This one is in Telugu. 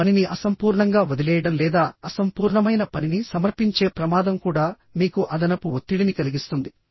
ఒక పనిని అసంపూర్ణంగా వదిలేయడం లేదా అసంపూర్ణమైన పనిని సమర్పించే ప్రమాదం కూడా మీకు అదనపు ఒత్తిడిని కలిగిస్తుంది